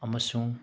ꯑꯃꯁꯨꯡ